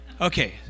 Okay